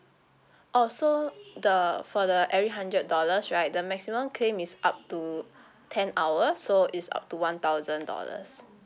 oh so the for the every hundred dollars right the maximum claim is up to ten hours so is up to one thousand dollars